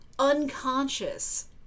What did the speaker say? unconscious